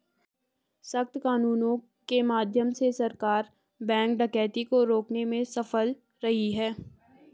सख्त कानूनों के माध्यम से सरकार बैंक डकैती को रोकने में सफल रही है